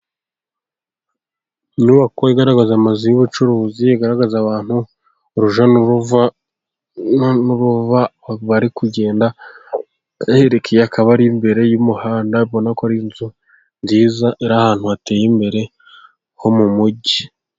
Inyubako igaragaza amazu y'ubucuruzi, igaragaza abantu urujya n'uruza bari kugenda aherekeye akabari. Imbere y'umuhanda ndabona ko ari inzu nziza, ari ahantu hateye imbere ho mu mujyi.